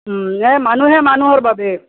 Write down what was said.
এই মানুহে মানুহৰ বাবে